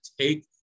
take